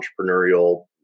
entrepreneurial